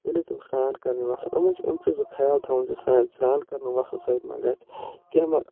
ییٚلہِ حظ یِم سران کَرنہِ وسن یِمن چھُ امہِ چیٖزُک خیال تھاوُن سران سران ما گَژھِ کیٚنٛہہ ما